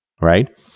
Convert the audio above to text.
Right